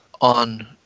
on